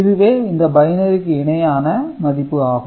இதுவே இந்த பைனரிக்கு இணையான மதிப்பு ஆகும்